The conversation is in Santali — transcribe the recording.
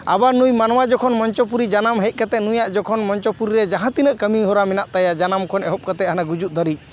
ᱟᱵᱟᱨ ᱱᱩᱭ ᱢᱟᱱᱣᱟ ᱡᱚᱠᱷᱚᱱ ᱢᱚᱧᱪᱚ ᱯᱩᱨᱤ ᱡᱟᱱᱟᱢ ᱦᱮᱡ ᱠᱟᱛᱮᱜ ᱱᱩᱭᱟᱜ ᱡᱚᱠᱷᱚᱱ ᱢᱚᱧᱪᱚᱯᱩᱨᱤ ᱨᱮ ᱡᱟᱦᱟᱸ ᱛᱤᱱᱟᱹᱜ ᱠᱟᱹᱢᱤᱦᱚᱨᱟ ᱢᱮᱱᱟᱜ ᱛᱟᱭᱟ ᱡᱟᱱᱟᱢ ᱠᱷᱚᱱ ᱮᱦᱚᱵ ᱠᱟᱛᱮᱜ ᱦᱟᱱᱮ ᱜᱩᱡᱩᱜ ᱫᱷᱟᱹᱨᱤᱡ